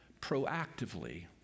proactively